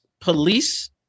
police